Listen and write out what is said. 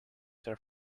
there